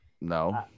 no